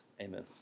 Amen